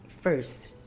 first